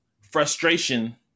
frustration